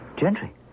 Gentry